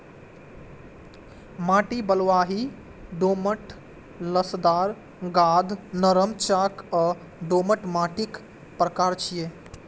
माटि बलुआही, दोमट, लसदार, गाद, नरम, चाक आ दोमट माटिक प्रकार छियै